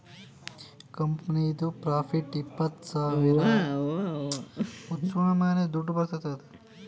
ಕಂಪನಿದು ಪ್ರಾಫಿಟ್ ಇಪ್ಪತ್ತ್ ಸಾವಿರ ಎಲ್ಲಾ ಕರ್ಚ್ ಆಗಿ ಐದ್ ಸಾವಿರ ಉಳಿತಂದ್ರ್ ಅದು ರಿಟೈನ್ಡ್ ಅರ್ನಿಂಗ್